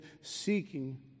seeking